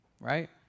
right